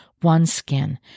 OneSkin